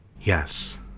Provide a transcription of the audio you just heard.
Yes